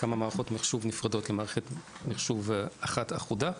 כמה מערכות מחשוב נפרדות למערכת מחשוב אחת אחודה,